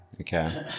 Okay